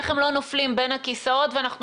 איך הם לא נופלים בין הכיסאות ושאנחנו